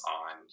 on